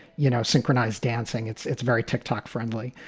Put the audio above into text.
you know, synchronized dancing. it's it's very ticktock friendly.